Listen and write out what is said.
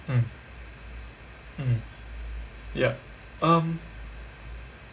mm mm yup um